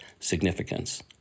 significance